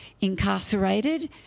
incarcerated